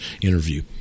interview